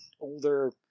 older